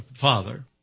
father